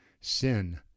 Sin